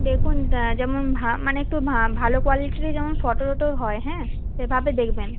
দেখুন যেমন ভা মানে একটু ভা ভালো কোয়ালিটিরই যেমন ফটো টটো হয় হ্যাঁ সেভাবে দেখবেন